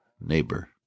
neighbor